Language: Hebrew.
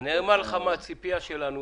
אני אומר לך מה הציפייה שלנו